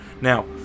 Now